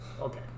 okay